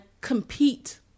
compete